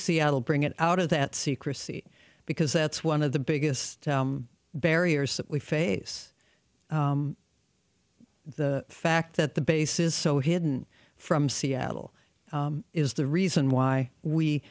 seattle bring it out of that secrecy because that's one of the biggest barriers that we face the fact that the base is so hidden from seattle is the reason why we